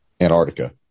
Antarctica